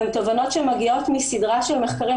והן תובנות שמגיעות מסדרה של מחקרים,